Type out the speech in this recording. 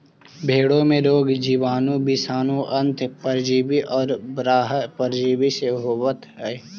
भेंड़ों में रोग जीवाणु, विषाणु, अन्तः परजीवी और बाह्य परजीवी से होवत हई